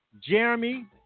Jeremy